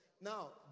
Now